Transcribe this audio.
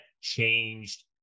changed